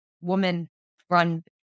woman-run